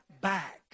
back